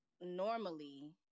normally